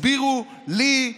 הסבירו לי,